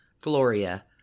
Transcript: Gloria